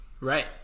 Right